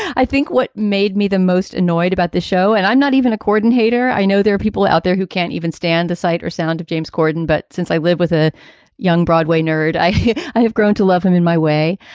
i think what made me the most annoyed about the show and i'm not even accordant hater. i know there are people out there who can't even stand the sight or sound of james corden, but since i live with a young broadway nerd, i i have grown to love him in my way.